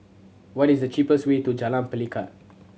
what is the cheapest way to Jalan Pelikat